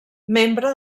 membre